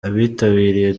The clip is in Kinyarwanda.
abitabiriye